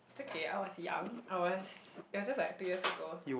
okay I was young I was it was just like two years ago